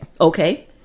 Okay